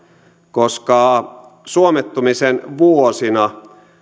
koska suomettumisen vuosina